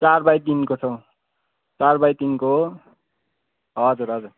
चार बाई तिनको छ हौ चार बाई तिनको हो हजुर हजुर